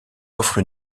offre